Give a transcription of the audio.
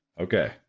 Okay